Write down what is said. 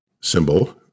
symbol